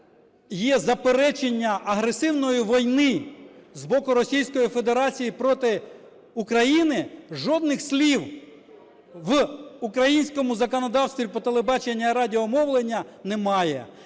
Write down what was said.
є заперечення агресивної війни з боку Російської Федерації проти України, жодних слів в українському законодавстві про телебачення і радіомовлення немає.